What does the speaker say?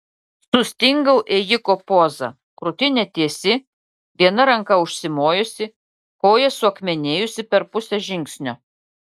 sustingau ėjiko poza krūtinė tiesi viena ranka užsimojusi koja suakmenėjusi per pusę žingsnio